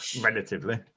relatively